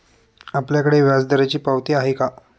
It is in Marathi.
आपल्याकडे व्याजदराची पावती आहे का?